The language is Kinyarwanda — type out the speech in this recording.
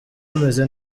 rumeze